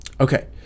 Okay